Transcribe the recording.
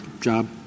job